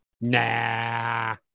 Nah